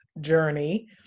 journey